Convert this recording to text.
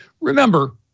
remember